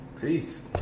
Peace